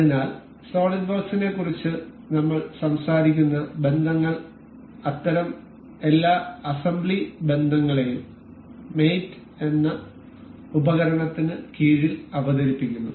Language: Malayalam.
അതിനാൽ സോളിഡ് വർക്ക്സിനെക്കുറിച്ച് നമ്മൾ സംസാരിക്കുന്ന ബന്ധങ്ങൾ അത്തരം എല്ലാ അസംബ്ലി ബന്ധങ്ങളെയും മേറ്റ് എന്ന ഉപകരണത്തിന് കീഴിൽ അവതരിപ്പിക്കുന്നു